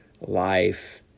life